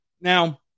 Now